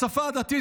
בשפה הדתית,